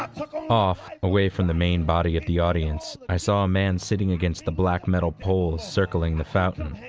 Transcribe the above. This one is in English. um like off, away from the main body of the audience, i saw a man sitting against the black metal poles circling the fountain.